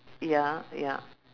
ya ya